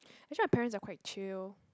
actually my parents are quite chill